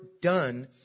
done